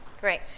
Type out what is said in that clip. Great